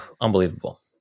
unbelievable